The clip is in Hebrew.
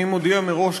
אני מודיע מראש,